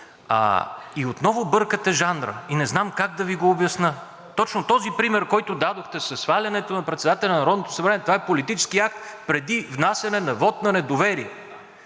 Отново бъркате жанра. Не знам как да Ви го обясня. Точно този пример, който дадохте със свалянето на председателя на Народното събрание, това е политически акт преди внасяне на вот на недоверие.